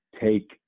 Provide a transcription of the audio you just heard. take